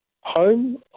home